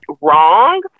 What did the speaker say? wrong